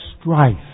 strife